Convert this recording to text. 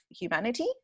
humanity